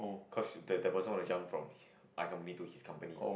cause the person wants to jump from my company to his company